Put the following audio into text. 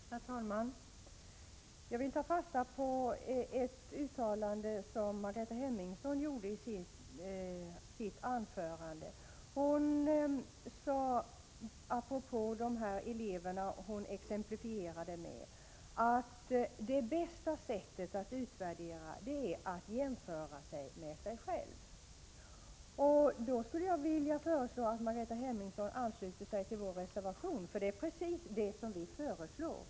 Herr talman! Jag vill ta fasta på ett uttalande som Margareta Hemmingsson gjorde i sitt anförande. Hon sade, apropå de elever hon exemplifierade med, att det bästa sättet att utvärdera är att jämföra sig med sig själv. Jag skulle vilja föreslå att Margareta Hemmingsson ansluter sig till vår reservation. Det är precis detta vi föreslår.